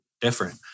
different